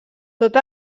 tot